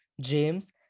James